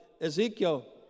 Ezekiel